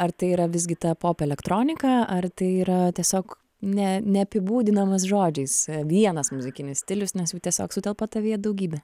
ar tai yra visgi ta popelektronika ar tai yra tiesiog ne neapibūdinamas žodžiais vienas muzikinis stilius nes jų tiesiog sutelpa tavyje daugybė